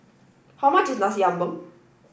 how much is Nasi Ambeng